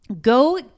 Go